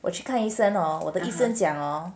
我去看医生 orh 我的医生讲 orh